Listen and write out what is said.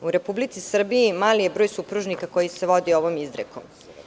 U Republici Srbiji mali je broj supružnika koji se vodi ovom izrekom.